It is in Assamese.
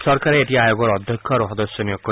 চৰকাৰে এতিয়া আয়োগৰ অধ্যক্ষ আৰু সদস্য নিয়োগ কৰিব